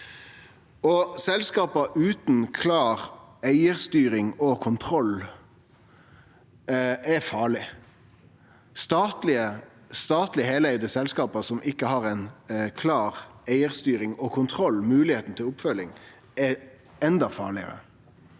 Selskap utan klar eigarstyring og kontroll er farleg, og statleg heileigde selskap som ikkje har ei klar eigarstyring og kontroll med moglegheita til oppfølging, er endå farlegare.